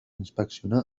inspeccionar